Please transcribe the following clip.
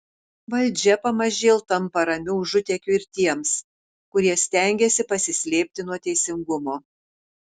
valdžia pamažėl tampa ramiu užutėkiu ir tiems kurie stengiasi pasislėpti nuo teisingumo